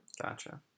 Gotcha